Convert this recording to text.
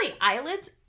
eyelids